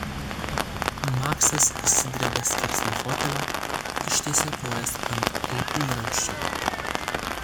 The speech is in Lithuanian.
maksas išsidrebia skersai fotelio ištiesia kojas ant alkūnramsčio